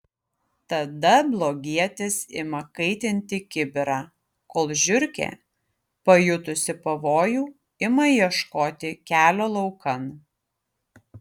tada blogietis ima kaitinti kibirą kol žiurkė pajutusi pavojų ima ieškoti kelio laukan